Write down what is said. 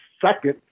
second